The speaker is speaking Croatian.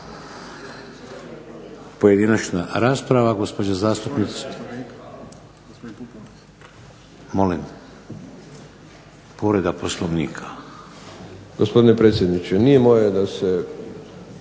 Pojedinačna rasprava, gospođa zastupnica. Molim? …/Upadica